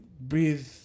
breathe